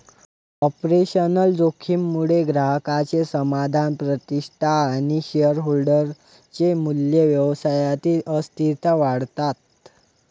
operational जोखीम मुळे ग्राहकांचे समाधान, प्रतिष्ठा आणि शेअरहोल्डर चे मूल्य, व्यवसायातील अस्थिरता वाढतात